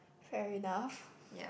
fair enough